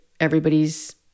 Everybody's